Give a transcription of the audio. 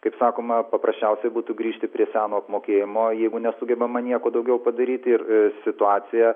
kaip sakoma paprasčiausiai būtų grįžti prie seno apmokėjimo jeigu nesugebama nieko daugiau padaryti ir situaciją